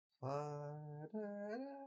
Fire